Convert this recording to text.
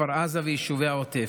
כפר עזה ויישובי העוטף.